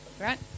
right